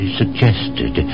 suggested